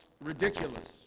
ridiculous